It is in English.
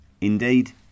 Indeed